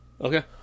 Okay